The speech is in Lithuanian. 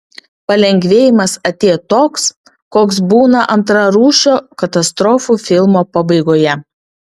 palengvėjimas atėjo toks koks būna antrarūšio katastrofų filmo pabaigoje